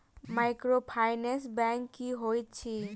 Microfinance bank की होइत अछि?